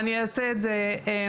אני אעשה את זה מהר.